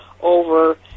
over